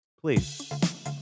Please